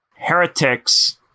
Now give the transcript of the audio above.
heretics